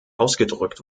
ausgedrückt